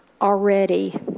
already